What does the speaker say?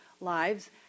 lives